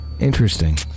Interesting